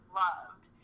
loved